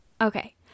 Okay